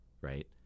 Right